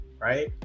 right